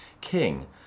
King